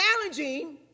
challenging